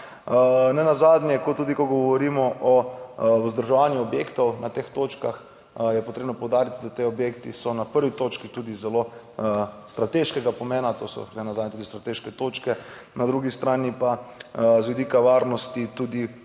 Nenazadnje, ko tudi, ko govorimo o vzdrževanju objektov na teh točkah, je potrebno poudariti, da ti objekti so na prvi točki tudi zelo strateškega pomena, to so nenazadnje tudi strateške točke, na drugi strani pa z vidika varnosti tudi